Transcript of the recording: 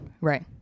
right